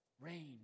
Rain